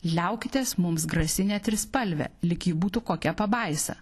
liaukitės mums grasinę trispalve lyg ji būtų kokia pabaisa